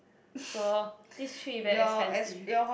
for this three very expensive